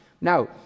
Now